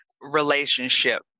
relationship